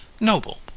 Noble